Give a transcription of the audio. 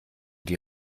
die